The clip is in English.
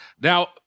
Now